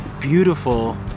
beautiful